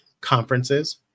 conferences